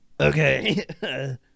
Okay